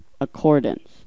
accordance